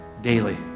daily